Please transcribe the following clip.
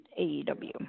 AEW